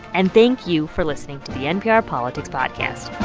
and thank you for listening to the npr politics podcast